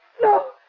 No